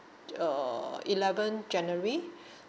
uh eleven january